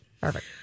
Perfect